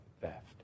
theft